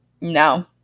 no